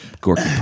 Gorky